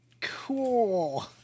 Cool